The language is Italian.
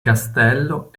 castello